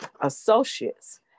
associates